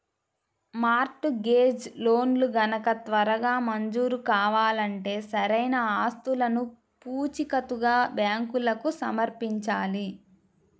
mart gauge లోన్లు గనక త్వరగా మంజూరు కావాలంటే సరైన ఆస్తులను పూచీకత్తుగా బ్యాంకులకు సమర్పించాలి